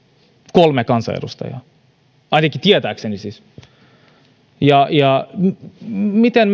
kolme kansanedustajaa ainakin siis tietääkseni miten